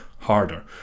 harder